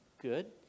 good